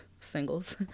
singles